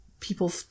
People